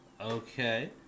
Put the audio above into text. Okay